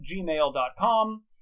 gmail.com